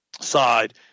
side